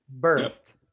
birthed